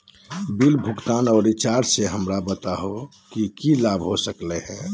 Bill भुगतान और recharge से हमरा बताओ कि क्या लाभ हो सकल बा?